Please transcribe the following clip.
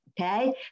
Okay